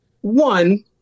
One